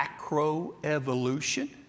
macroevolution